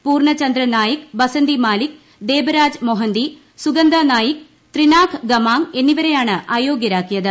പൂർണചന്ദ്രനായിക് ബസന്തി മാലിക് ദേബരാജ് മൊഹന്തി സുകന്തനായിക് ത്രിനാഖ് ഗമാങ് എന്നിവരെയാണ് അയോഗ്യരാക്കിയത്